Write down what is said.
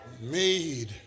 made